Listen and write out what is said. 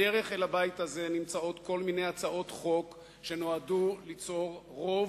בדרך אל הבית הזה נמצאות כל מיני הצעות חוק שנועדו ליצור רוב,